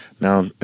now